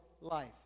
life